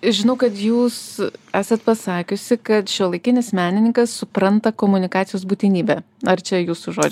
žinau kad jūs esate pasakiusi kad šiuolaikinis menininkas supranta komunikacijos būtinybę ar čia jūsų žodžiai